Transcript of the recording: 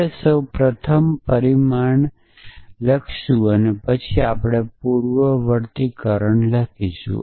આપણે સૌ પ્રથમ પરિણામે લખીશું અને પછી આપણે પૂર્વવર્તીકરણ લખીશું